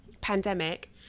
pandemic